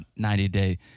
90-day